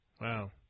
Wow